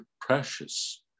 precious